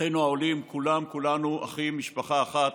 אחינו העולים כולם, כולנו אחים, משפחה אחת,